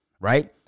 right